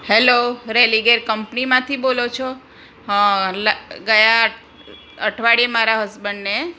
hello Religare કંપનીમાંથી બોલો છો ગયા અઠવાડિયે મારા હસબંડને